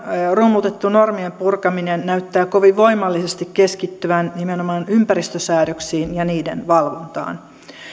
rummutettu normien purkaminen näyttää kovin voimallisesti keskittyvän nimenomaan ympäristösäädöksiin ja niiden valvontaan